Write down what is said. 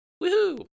Woo-hoo